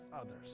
others